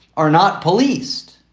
are not policed.